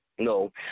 No